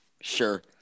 Sure